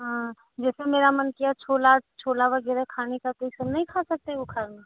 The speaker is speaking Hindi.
हाँ जैसे मेरा मन किया छोला छोला वगैरह खाने का तो इ सब नहीं खा सकते बुखार में